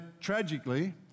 tragically